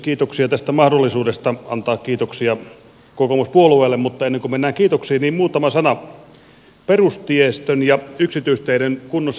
kiitoksia tästä mahdollisuudesta antaa kiitoksia kokoomuspuolueelle mutta ennen kuin mennään kiitoksiin muutama sana perustiestön ja yksityisteiden kunnossapidosta